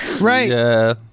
Right